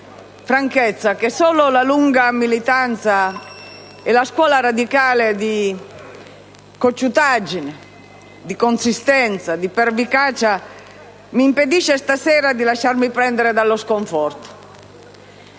franchezza, che solo la lunga militanza e la scuola radicale di cocciutaggine, di consistenza, di pervicacia mi impedisce stasera di lasciarmi prendere dallo sconforto.